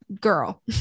girl